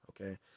okay